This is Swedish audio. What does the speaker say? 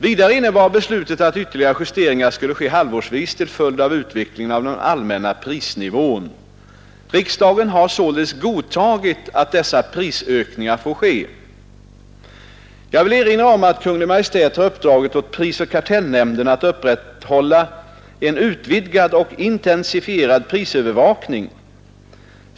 Vidare innebar beslutet att ytterligare justeringar skulle ske halvårsvis till följd av utvecklingen av den allmänna prisnivån. Riksdagen har således godtagit att dessa prisökningar får ske. Jag vill erinra om att Kungl. Maj:t har uppdragit åt prisoch kartellnämnden att upprätthålla en utvidgad och intensifierad prisövervakning.